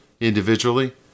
individually